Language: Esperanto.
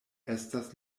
estas